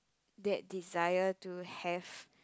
that desire to have